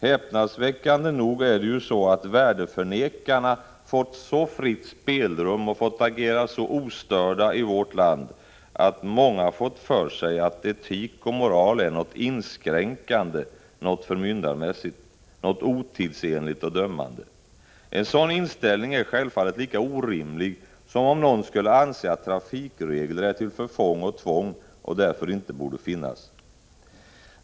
Häpnadsväckande nog är det ju så att värdeförnekarna fått så fritt spelrum och fått agera så ostörda i vårt land, att många fått för sig att etik och moral är något inskränkande, något förmyndarmässigt, något otidsenligt och dömande. En sådan inställning är självfallet lika orimlig som om någon skulle anse att trafikregler är till förfång och tvång och därför inte borde finnas.